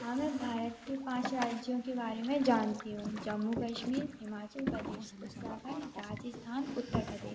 हाँ मैं भारत के पाँच राज्यों के बारे में जानती हूँ जम्मू कश्मीर हिमाचल प्रदेश उत्तराखंड राजस्थान उत्तर प्रदेश